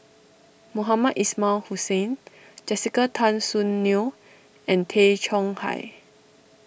Mohamed Ismail Hussain Jessica Tan Soon Neo and Tay Chong Hai